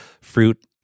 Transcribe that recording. fruit